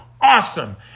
awesome